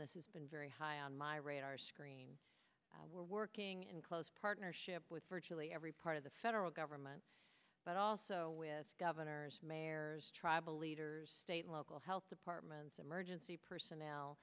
this has been very high on my radar screen we're working in close partnership with virtually every part of the federal government but also with governors mayors tribal leaders state local health departments emergency personnel